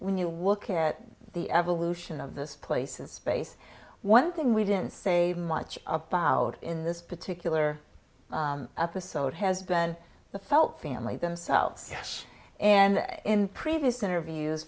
when you look at the evolution of this places space one thing we didn't say much about in this particular episode has been the felt family themselves and in previous interviews